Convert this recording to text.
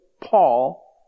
Paul